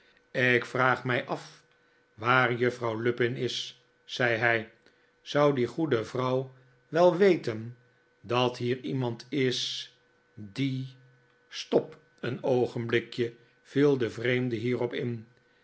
ik vraag mij af waar juffrouw lupin is zei hij zou die goede vrouw wel weten dat hier iemand is die n stop een oogenblikje viel de vreemde hierop in